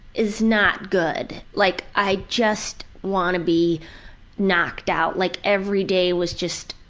is not good. like, i just wanna be knocked out, like every day was just,